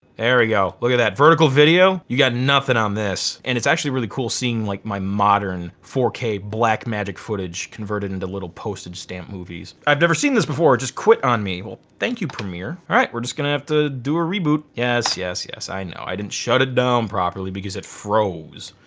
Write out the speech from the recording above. look at that, vertical video, you got nothing on this. and it's actually really cool seeing like my modern four k blackmagic footage converted into little postage stamp movies. i've never seen this before. it just quit on me. well thank you premiere. all right we're just gonna have to do a reboot. yes, yes, yes, i know. i didn't shut it down properly because it froze.